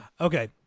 Okay